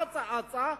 אצה אצה,